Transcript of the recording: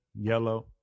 yellow